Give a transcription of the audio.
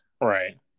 Right